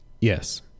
Yes